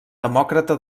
demòcrata